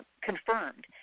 confirmed